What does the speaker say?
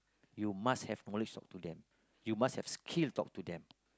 you must have knowledge talk to them you must have skill talk to them